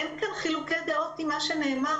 אין חילוקי דעות עם מה שנאמר פה.